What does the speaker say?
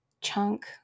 chunk